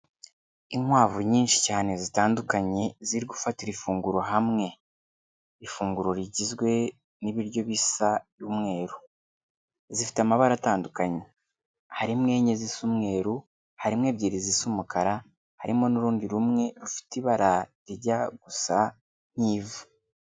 Inkwavu nyinshi cyane zitandukanye ziri gufatira ifunguro hamwe, ifunguro rigizwe n'ibiryo bisa umweru, zifite amabara atandukanye harimo enye zisa umweruru, harimo ebyiri zisa umukara, harimo n'urundi rumwe rufite ibara rijya gusa nk'ivu.